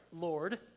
Lord